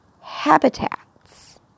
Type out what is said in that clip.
habitats